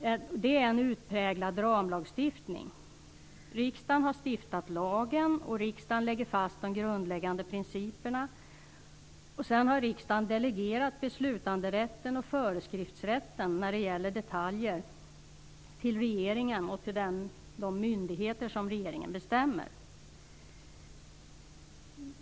Det är en utpräglad ramlagstiftning. Riksdagen har stiftat lagen, och riksdagen lägger fast de grundläggande principerna. Sedan har riksdagen delegerat beslutanderätten och föreskriftsrätten när det gäller detaljer till regeringen och till de myndigheter som regeringen bestämmer.